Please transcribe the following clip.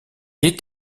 est